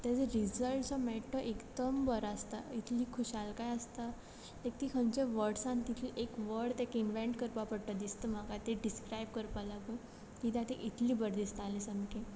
तेजो रिजल्ट जो मेयटा तो एकदम बरो आसता इतली खुशालकाय आसता लायक ती खंयच्याय वर्डसान तितली एक वर्ड तेका इन्वेंट करपाक पडटा दिसता म्हाका ते डिसक्रायब कोरपा लागून किद्या ते इतलें बोरें दिसतालें सामकें